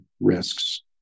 risks